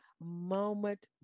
moment